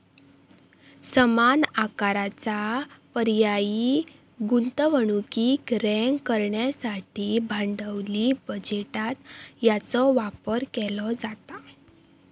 समान आकाराचा पर्यायी गुंतवणुकीक रँक करण्यासाठी भांडवली बजेटात याचो वापर केलो जाता